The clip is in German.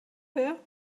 wer